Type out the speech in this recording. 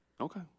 Okay